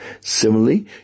Similarly